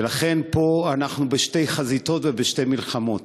לכן, פה אנחנו בשתי חזיתות ובשתי מלחמות: